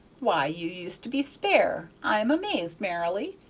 why, you used to be spare i am amazed, marilly!